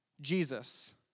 Jesus